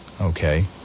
okay